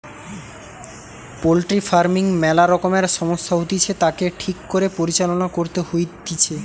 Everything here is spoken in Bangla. পোল্ট্রি ফার্মিং ম্যালা রকমের সমস্যা হতিছে, তাকে ঠিক করে পরিচালনা করতে হইতিছে